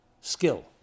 skill